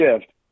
shift